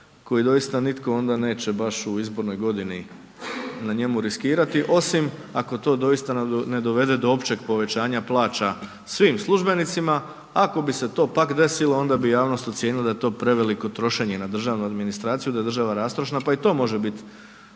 koji doista nitko onda neće baš u izbornoj godini na njemu riskirati, osim ako to doista ne dovede do općeg povećanja plaća svim službenicima, ako bi se to pak desilo, onda bi javnost ocijenila da je to preveliko trošenje na državnu administraciju, da je država rastrošna pa i to može bit